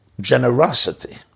generosity